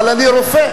אבל אני רופא,